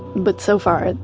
but so far,